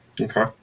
Okay